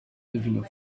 living